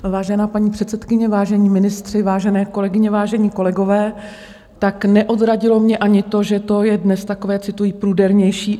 Vážená paní předsedkyně, vážení ministři, vážené kolegyně, vážení kolegové, neodradilo mě ani to, že to je dnes takové cituji prudérnější.